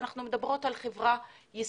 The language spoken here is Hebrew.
אנחנו מדברות על החברה הישראלית,